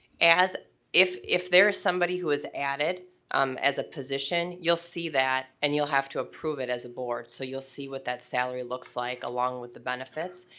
if if there is somebody who is added um as a position, you'll see that and you'll have to approve it as a board. so you'll see what that salary looks like along with the benefits.